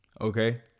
Okay